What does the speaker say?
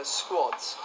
squads